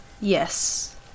Yes